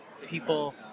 People